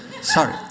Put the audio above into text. Sorry